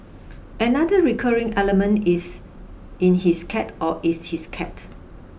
another recurring element is in his cat or is his cat